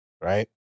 right